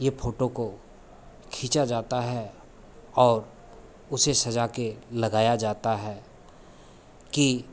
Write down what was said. यह फ़ोटो को खींचा जाता है और उसे सजाकर लगाया जाता है कि